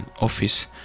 office